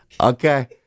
Okay